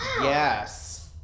Yes